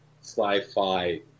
sci-fi